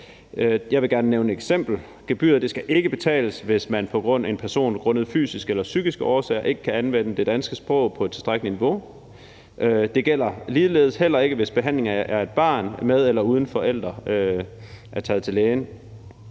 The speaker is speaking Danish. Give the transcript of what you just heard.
Jeg vil gerne nævne et eksempel. Gebyret skal ikke betales, hvis en person grundet fysiske eller psykiske årsager ikke kan anvende det danske sprog på et tilstrækkeligt niveau. Det gælder også, hvis behandlingen er af et barn, der med eller uden forældre er taget til lægen.